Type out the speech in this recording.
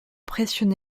précieux